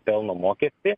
pelno mokestį